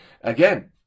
again